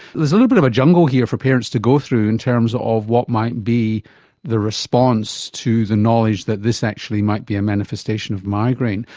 there's a little bit of a jungle here for parents to go through in terms of what might be the response to the knowledge that this actually might be a manifestation of migraine.